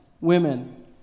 women